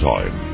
Time